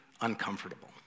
uncomfortable